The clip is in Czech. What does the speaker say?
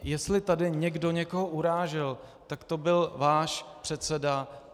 Jestli tady někdo někoho urážel, tak to byl váš předseda.